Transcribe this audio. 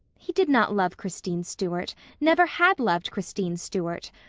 he did not love christine stuart never had loved christine stuart.